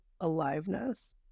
aliveness